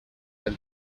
del